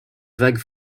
vague